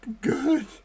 good